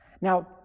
now